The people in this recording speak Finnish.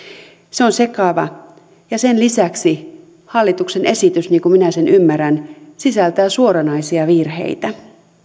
se on sekava ja sen lisäksi hallituksen esitys niin kuin minä sen ymmärrän sisältää suoranaisia virheitä